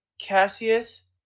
Cassius